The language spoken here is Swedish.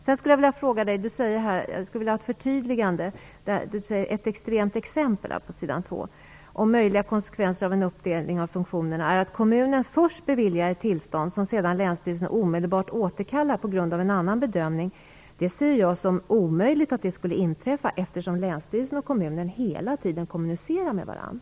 Jag skulle vilja ha ett förtydligande. I fjärde stycket i svaret står det: "Ett extremt exempel på möjliga konsekvenser av en uppdelning av funktionerna är att kommunen först beviljar ett tillstånd som sedan länsstyrelsen omedelbart återkallar på grund av en annan bedömning ---." Jag menar att det är en omöjlighet att det inträffar, eftersom länsstyrelsen och kommunen hela tiden kommunicerar med varandra.